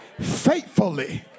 faithfully